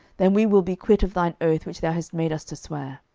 then we will be quit of thine oath which thou hast made us to swear.